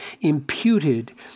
imputed